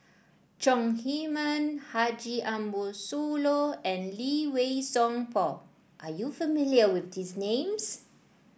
Chong Heman Haji Ambo Sooloh and Lee Wei Song Paul are you familiar with these names